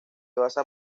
basa